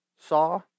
Saw